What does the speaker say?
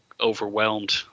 overwhelmed